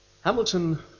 Hamilton